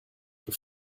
for